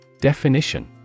Definition